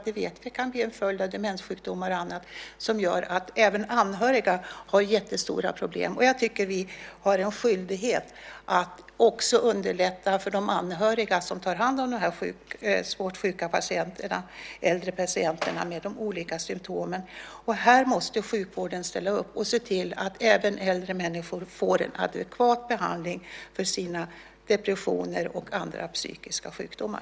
Det vet vi kan bli en följd av demenssjukdomar. Det gör att även anhöriga har jättestora problem. Jag tycker att vi har en skyldighet att också underlätta för de anhöriga som tar hand om de här svårt sjuka, äldre patienterna med de olika symtomen. Här måste sjukvården ställa upp och se till att även äldre människor får en adekvat behandling för sina depressioner och andra psykiska sjukdomar.